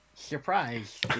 Surprise